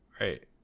right